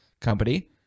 company